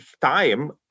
time